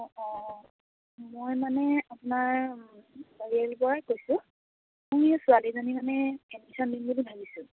অঁ মই মানে আপোনাৰ চাৰি আলিৰ পৰাই কৈছোঁ মোৰ এই ছোৱালীজনী মানে এডমিশ্যন দিম বুলি ভাবিছোঁ